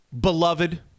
beloved